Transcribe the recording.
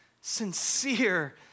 sincere